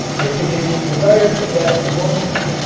if it is desired to get ammonia,